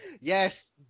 Yes